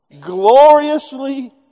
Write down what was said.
gloriously